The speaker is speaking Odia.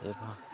ଏବଂ